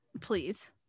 please